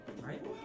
Right